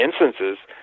instances